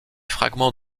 fragments